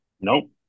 Nope